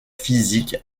physique